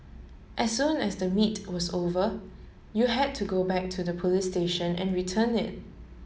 as soon as the meet was over you had to go back to the police station and return it